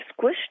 squished